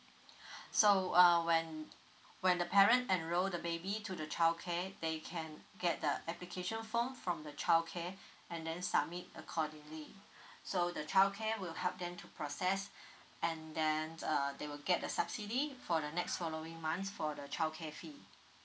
so uh when when the parent enrol the baby to the childcare they can get the application form from the childcare and then submit accordingly so the childcare will help them to process and then uh they will get the subsidy for the next following months for the childcare fee